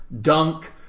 dunk